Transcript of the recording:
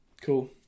Cool